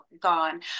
gone